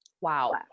Wow